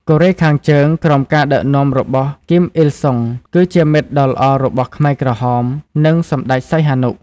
កូរ៉េខាងជើងក្រោមការដឹកនាំរបស់ គីម អ៊ីលសុង គឺជាមិត្តដ៏ល្អរបស់ខ្មែរក្រហម និងសម្ដេចសីហនុ។